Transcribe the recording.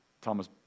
Thomas